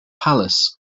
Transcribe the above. palace